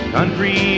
Country